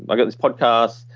like this podcast.